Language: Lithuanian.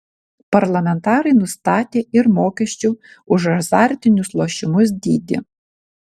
parlamentarai nustatė ir mokesčių už azartinius lošimus dydį